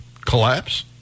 collapse